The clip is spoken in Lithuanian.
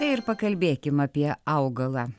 ir pakalbėkim apie augalą